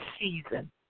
season